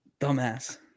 Dumbass